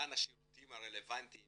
כאן השירותים הרלבנטיים